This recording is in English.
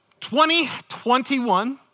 2021